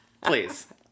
Please